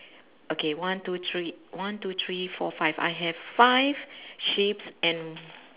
okay one two three one two three four five I have five sheeps and